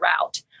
route